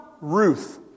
Ruth